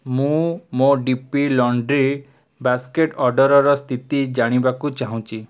ମୁଁ ମୋ D P laundry basket ଅର୍ଡ଼ର୍ର ସ୍ଥିତି ଜାଣିବାକୁ ଚାହୁଁଛି